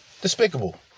despicable